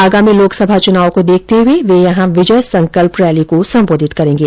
आगामी लोकसभा चुनाव को देखते हुए वे यहां विजय संकल्प रैली को संबोधित करेंगे